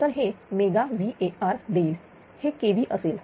तर हे mega VAr देईल हे kV असेल